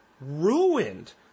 ruined